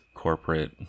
Corporate